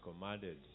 commanded